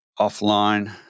offline